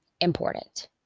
important